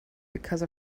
because